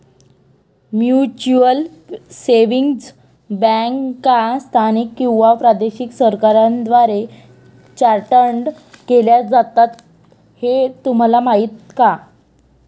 Mutual savings बँका स्थानिक किंवा प्रादेशिक सरकारांद्वारे चार्टर्ड केल्या जातात हे तुम्हाला माहीत का?